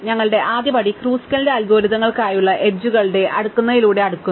ഞങ്ങളുടെ ആദ്യപടി ക്രൂസ്കലിന്റെ അൽഗോരിതങ്ങൾക്കായുള്ള എഡ്ജുകൾ എഡ്ജുകളിൽ അടുക്കുന്നതിലൂടെ അടുക്കുന്നു